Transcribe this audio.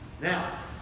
Now